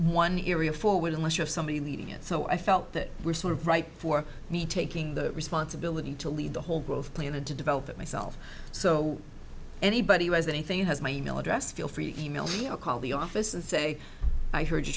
forward unless you have somebody leading it so i felt that were sort of right for me taking the responsibility to lead the whole growth plan and to develop it myself so anybody who has anything has my email address feel free to email me or call the office and say i heard you